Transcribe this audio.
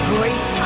Great